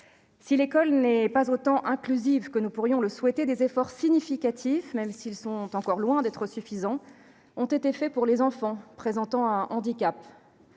Si l'école n'est pas aussi inclusive que nous pourrions le souhaiter, des efforts significatifs, même s'ils sont encore loin d'être suffisants, ont été faits pour les enfants présentant un handicap.